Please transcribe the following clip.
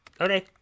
Okay